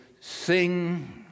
sing